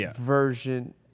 version